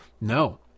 No